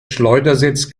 schleudersitz